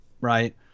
right